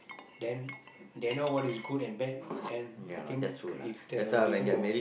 then then they know what is good and bad then I think it's a it will be good for